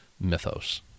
mythos